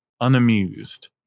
unamused